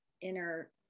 inner